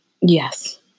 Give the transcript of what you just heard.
Yes